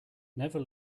never